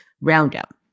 roundup